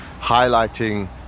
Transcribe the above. highlighting